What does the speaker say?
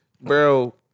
bro